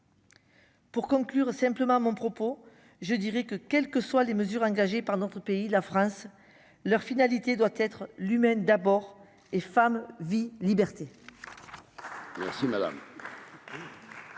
Pour conclure simplement mon propos, je dirais que, quelles que soient les mesures engagées par notre pays la France leur finalité doit être l'humaine d'abord et femme vie liberté.